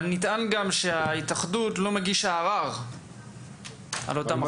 אבל גם נטען שההתאחדות לא מגישה ערר על אותן החלטות.